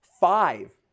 Five